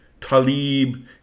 Talib